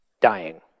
Dying